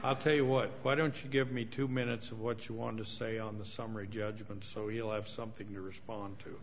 i'll tell you what why don't you give me two minutes of what you want to say on the summary judgment so you'll have something to to respond